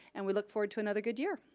and we look forward to another good year.